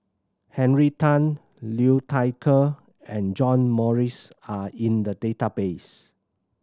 Henry Tan Liu Thai Ker and John Morrice are in the database